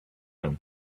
him